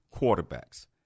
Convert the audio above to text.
quarterbacks